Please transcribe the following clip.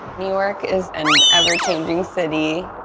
new york is an ever-changing city.